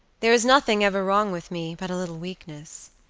there is nothing ever wrong with me, but a little weakness.